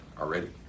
already